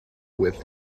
with